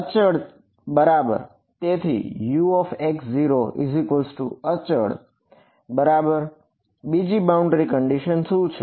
અચળ બરાબર તેથી Ux0અચળ બરાબર બીજી બાઉન્ડ્રી કન્ડિશન શું છે